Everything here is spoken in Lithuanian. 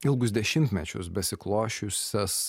ilgus dešimtmečius besiklosčiusias